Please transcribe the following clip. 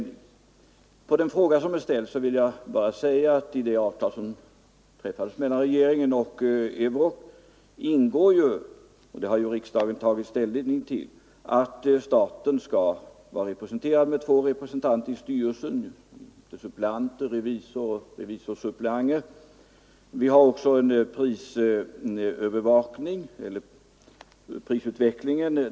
På den fråga som är ställd vill jag svara att i det avtal som har träffats mellan regeringen och Euroc ingår att — och det har ju riksdagen tagit ställning till — staten skall vara representerad med två representanter i styrelsen och dessutom suppleanter, revisor och revisorsuppleanter. Vi har också en övervakning av prisutvecklingen.